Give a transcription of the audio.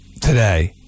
today